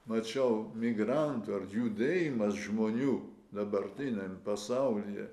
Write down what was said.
mačiau migrantų judėjimas žmonių dabartiniame pasaulyje